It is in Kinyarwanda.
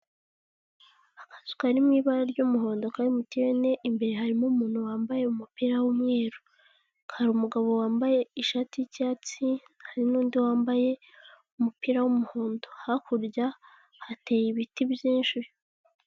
Akazu kari mu ibara ry'umuhondo ka emutiyene, imbere harimo umuntu wambaye umupira w'umweru, hari umugabo wambaye ishati y'icyatsi hari n'undi wambaye umupira w'umuhondo hakurya hateye ibiti byinshi.